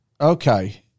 okay